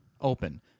open